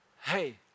hey